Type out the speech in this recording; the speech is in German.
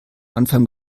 anfang